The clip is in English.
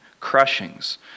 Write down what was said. crushings